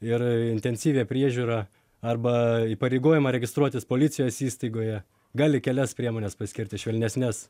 ir intensyvią priežiūrą arba įpareigojimą registruotis policijos įstaigoje gali kelias priemones paskirti švelnesnes